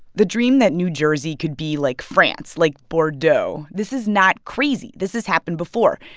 the dream that new jersey could be like france, like bordeaux this is not crazy. this has happened before.